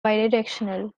bidirectional